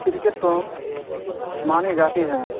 cricket کو مانی جاتی ہیں